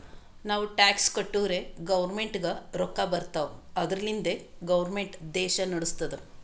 ನಾವು ಟ್ಯಾಕ್ಸ್ ಕಟ್ಟುರೇ ಗೌರ್ಮೆಂಟ್ಗ ರೊಕ್ಕಾ ಬರ್ತಾವ್ ಅದುರ್ಲಿಂದೆ ಗೌರ್ಮೆಂಟ್ ದೇಶಾ ನಡುಸ್ತುದ್